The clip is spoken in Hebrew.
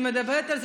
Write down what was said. אני מדברת על זה,